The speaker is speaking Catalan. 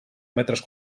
metres